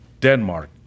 Denmark